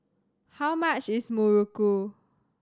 how much is Muruku